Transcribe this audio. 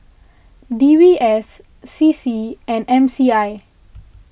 D B S C C and M C I